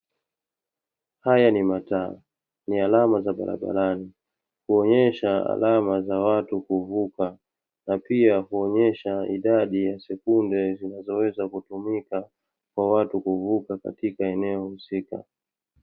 Haya ni mataa; ni alama za barabarani kuonyesha alama za watu kuvuka, na pia huonyesha idadi ya sekunde zinazoweza kutumika kwa watu kuvuka katika eneo husika.